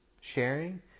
sharing